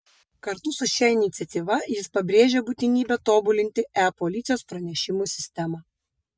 kartu su šia iniciatyva jis pabrėžia būtinybę tobulinti e policijos pranešimų sistemą